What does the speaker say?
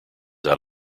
out